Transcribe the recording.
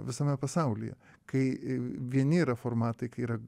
visame pasaulyje kai vieni reformatai kai yra